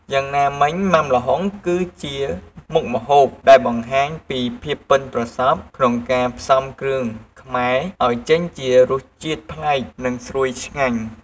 យ៉ាងណាមិញម៉ាំល្ហុងគឺជាមុខម្ហូបដែលបង្ហាញពីភាពប៉ិនប្រសប់ក្នុងការផ្សំគ្រឿងខ្មែរឲ្យចេញជារសជាតិប្លែក និងស្រួយឆ្ងាញ់។